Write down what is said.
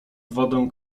wodę